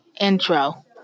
intro